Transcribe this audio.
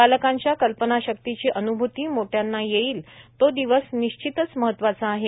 बालकांच्या कल्पनाशक्तीची अन्भूती मोठ्यांना येईल तो दिवस निश्चितच महत्त्वाचा आहे